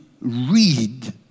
read